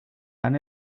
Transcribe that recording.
han